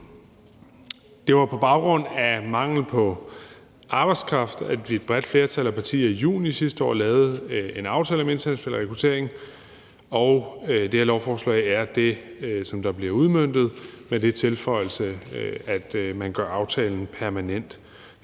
Det var på baggrund af mangel på arbejdskraft, at vi i et bredt flertal af partier i juni sidste år lavede en aftale om international rekruttering, og det her lovforslag er det, som bliver udmøntet med den tilføjelse, at man gør aftalen permanent.